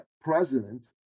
president